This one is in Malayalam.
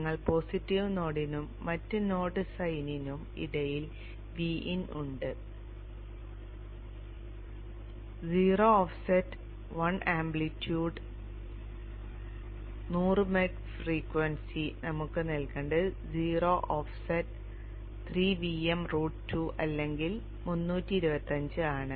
നിങ്ങൾക്ക് പോസിറ്റീവ് നോഡിനും മറ്റ് നോഡ് സൈനിനും ഇടയിലുള്ള Vin ഉണ്ട് 0 ഓഫ്സെറ്റ് 1 ആംപ്ലിറ്റ്യൂഡ് 100 meg ഫ്രീക്വൻസി നമുക്ക് നൽകേണ്ടത് 0 ഓഫ്സെറ്റ് 3 Vm റൂട്ട് 2 അല്ലെങ്കിൽ 325 ആണ്